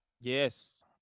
Yes